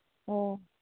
ꯑꯣ